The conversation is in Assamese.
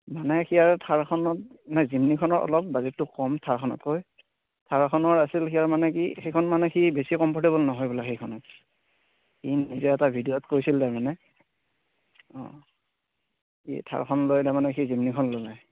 মানে সি আৰু থাৰখনত মানে জিমনিখনৰ অলপ বাজেটটো কম থাৰখনতকৈ থাৰখনৰ আছিল ইয়াৰ মানে কি সেইখন মানে সি বেছি কমফৰ্টেবুল নহয় বোলে সেইখনত সি নিজে এটা ভিডিঅ'ত কৈছিল তাৰমানে অ এই থাৰখন লৈ তাৰমানে সি জিমনিখন ল'লে